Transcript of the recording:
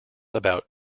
about